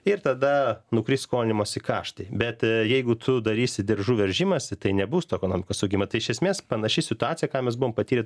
ir tada nukris skolinimosi kaštai bet jeigu tu darysi diržų veržimąsi tai nebus to ekonomikos augimo tai iš esmės panaši situacija ką mes buvome patyrę